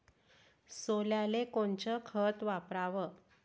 सोल्याले कोनचं खत वापराव?